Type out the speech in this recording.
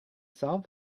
solved